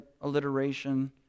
alliteration